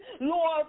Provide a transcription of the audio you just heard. Lord